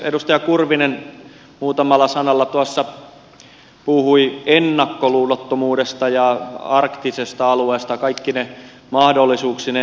edustaja kurvinen muutamalla sanalla tuossa puhui ennakkoluulottomuudesta ja arktisesta alueesta kaikkine mahdollisuuksineen